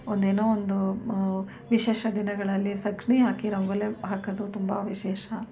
ಒಂದೇನೋ ಒಂದು ವಿಶೇಷ ದಿನಗಳಲ್ಲಿ ಸಗಣಿ ಹಾಕಿ ರಂಗೋಲಿ ಹಾಕೋದು ತುಂಬ ವಿಶೇಷ